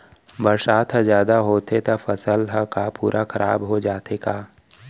बरसात ह जादा होथे त फसल ह का पूरा खराब हो जाथे का?